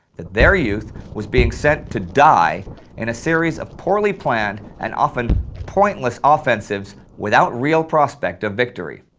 that their youth was being sent to die in a series of poorly planned and often pointless offensives without real prospect of victory.